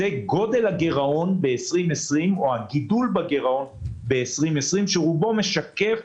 זה הגידול בגירעון ב-2020, שרובו משקף